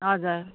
हजुर